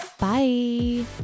bye